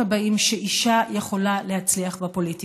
הבאים שאישה יכולה להצליח בפוליטיקה.